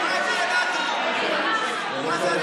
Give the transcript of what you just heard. הצבעה, מה זה, מה עם האילתים?